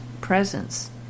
presence